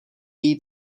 její